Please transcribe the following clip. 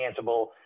financeable